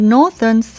Northern